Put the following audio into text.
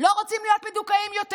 לא רוצים להיות מדוכאים יותר.